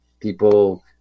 People